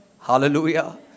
Hallelujah